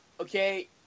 Okay